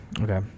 Okay